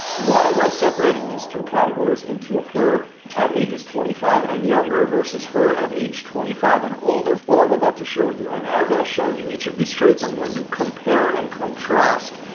why am i separating these two categories into her at ages twenty five and younger versus her at age twenty five and all right, well, i'm about to show you. and as i show you, each of these traits, i'm going to compare and contrast,